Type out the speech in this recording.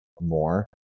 more